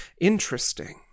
Interesting